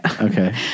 Okay